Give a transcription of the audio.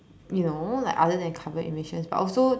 you know like other than carbon emissions but also